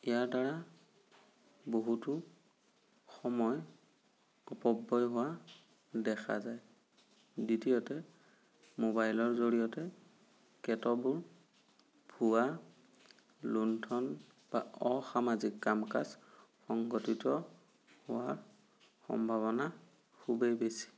ইয়াৰ দ্বাৰা বহুতো সময় অপব্যয় হোৱা দেখা যায় দ্বিতীয়তে মোবাইলৰ জৰিয়তে কেতবোৰ ভুৱা লুণ্ঠন বা অসামাজিক কাম কাজ সংগঠিত হোৱা সম্ভাৱনা খুবেই বেছি